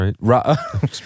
right